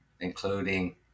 including